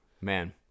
Man